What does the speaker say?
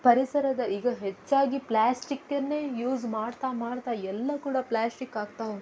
ಪರಿಸರದ ಈಗ ಹೆಚ್ಚಾಗಿ ಪ್ಲಾಸ್ಟಿಕ್ಕನ್ನೇ ಯೂಸ್ ಮಾಡ್ತಾ ಮಾಡ್ತಾ ಎಲ್ಲ ಕೂಡ ಪ್ಲಾಸ್ಟಿಕ್ ಆಗ್ತಾ ಹೋ